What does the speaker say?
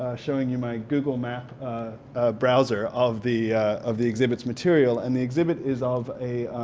showing you my google map browser of the of the exhibit's material and the exhibit is of a